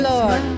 Lord